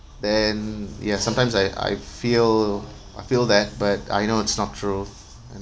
then ya sometimes I I feel I feel that but I know it's true